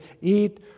eat